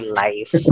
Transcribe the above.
life